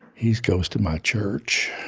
he goes to my church